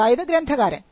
അതായത് ഗ്രന്ഥകാരൻ